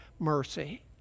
Mercy